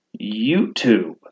YouTube